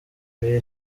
ray